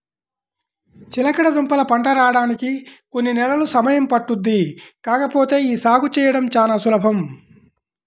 చిలకడదుంపల పంట రాడానికి కొన్ని నెలలు సమయం పట్టుద్ది కాకపోతే యీ సాగు చేయడం చానా సులభం